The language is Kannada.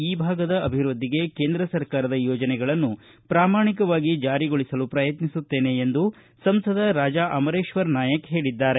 ಈ ಭಾಗದ ಅಭಿವೃದ್ಧಿಗೆ ಕೇಂದ್ರ ಸರ್ಕಾರದ ಯೋಜನೆಗಳನ್ನು ಪ್ರಾಮಾಣಿಕವಾಗಿ ಜಾರಿಗೊಳಸಲು ಪ್ರಯತ್ನಿಸುತ್ತೇನೆ ಎಂದು ಸಂಸದ ರಾಜಾ ಅಮರೇಶ್ವರ ನಾಯಕ ಹೇಳಿದ್ದಾರೆ